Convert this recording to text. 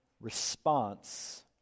response